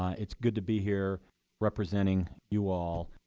it's good to be here representing you all.